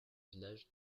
village